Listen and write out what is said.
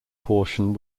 portion